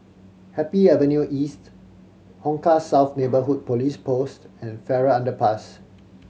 Happy Avenue East Hong Kah South Neighbourhood Police Post and Farrer Underpass